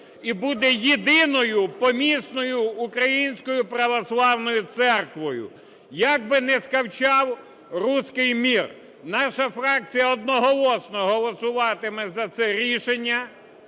І буде єдиною помісною Української Православною Церквою. Як би не скавчав "русский мир", наша фракція одноголосно голосуватиме за це рішення.